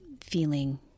feeling